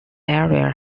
area